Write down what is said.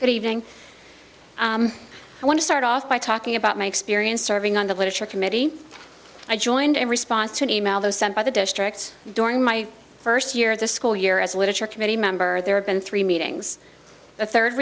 good evening i want to start off by talking about my experience serving on the literature committee i joined in response to an e mail those sent by the district during my first year of the school year as a literature committee member there have been three meetings the third